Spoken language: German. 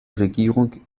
regierung